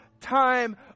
time